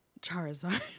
Charizard